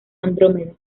andrómeda